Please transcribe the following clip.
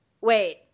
wait